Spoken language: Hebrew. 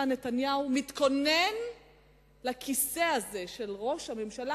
נתניהו מתכונן לכיסא הזה של ראש הממשלה,